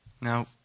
Now